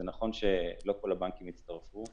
זה נכון שלא כל הבנקים הצטרפו,